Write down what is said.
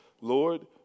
Lord